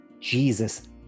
jesus